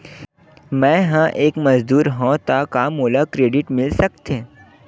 मैं ह एक मजदूर हंव त का मोला क्रेडिट मिल सकथे?